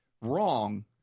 wrong